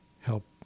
help